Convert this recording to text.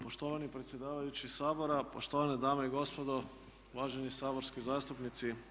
Poštovani predsjedavajući Sabora, poštovane dame i gospodo uvaženi saborski zastupnici.